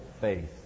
faith